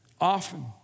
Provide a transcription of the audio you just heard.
Often